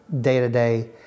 day-to-day